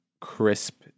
crisp